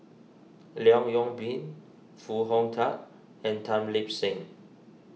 Leong Yoon Pin Foo Hong Tatt and Tan Lip Seng